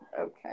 okay